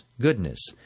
goodness